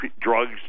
drugs